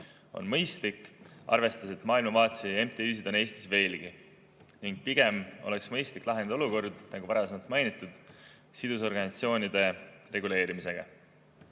on mõistlik, arvestades seda, et maailmavaatelisi MTÜ-sid on Eestis veelgi. Pigem oleks mõistlik lahendada olukord, nagu varasemalt mainitud, sidusorganisatsioonide reguleerimisega.